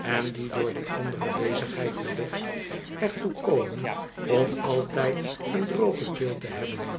en die door die andere bezigheid wellicht er toe komen om altijd een droge keer te hebben